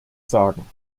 sagen